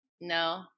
no